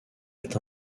est